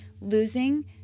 losing